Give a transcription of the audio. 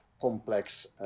complex